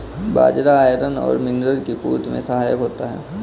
बाजरा iron और mineral की पूर्ति में सहायक होता है